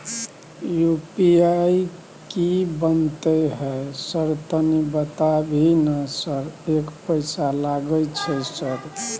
UPI की बनते है सर तनी बता भी ना सर एक पैसा लागे छै सर?